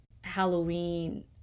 Halloween